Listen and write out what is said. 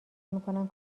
میکنم